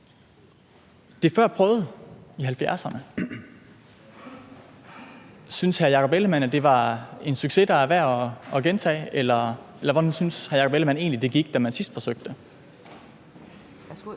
Det er prøvet før – i 70'erne. Synes hr. Jakob Ellemann-Jensen, det var en succes, der er værd at gentage? Eller hvordan synes hr. Jakob Ellemann-Jensen egentlig det gik, da man sidst forsøgte